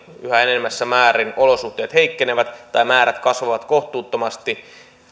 yhä enenevässä määrin olosuhteet heikkenevät tai määrät kasvavat kohtuuttomasti